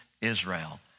Israel